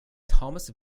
thomas